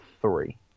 three